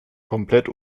komplett